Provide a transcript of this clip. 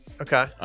Okay